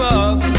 up